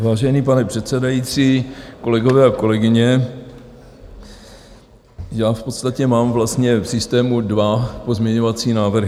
Vážený pane předsedající, kolegové a kolegyně, v podstatě mám vlastně v systému dva pozměňovací návrhy.